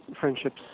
friendships